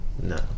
No